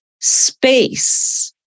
space